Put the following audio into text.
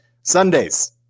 Sundays